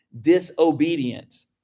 disobedient